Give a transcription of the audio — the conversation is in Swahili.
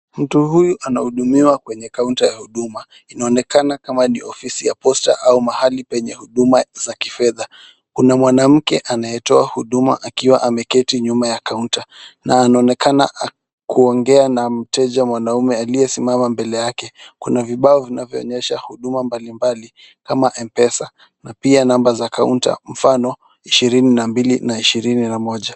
Mtu huyu anahudumiwa kwenye kaunta ya huduma. Inaonekana kama ni ofisi ya posta au mahali penye huduma za kifedha. Kuna mwanamke anayetoa huduma akiwa ameketi nyuma ya kaunta na anaonekana kuongea na mteja mwanaume aliyesimama mbele yake. Kuna vibao vinavyoonyesha huduma mbalimbali kama M-Pesa na pia namba za kaunta, mfano ishirini na mbili na ishirini na moja.